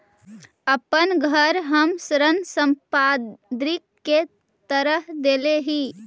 अपन घर हम ऋण संपार्श्विक के तरह देले ही